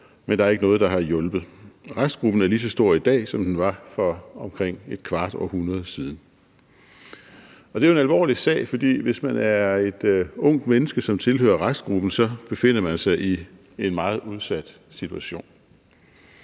men der er ikke noget, der har hjulpet. Restgruppen er lige så stor i dag, som den var for omkring et kvart århundrede siden, og det er jo en alvorlig sag, for hvis man er et ungt menneske, som tilhører restgruppen, så befinder man sig i en meget udsat situation.